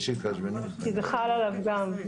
כי זה חל עליו גם.